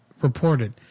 reported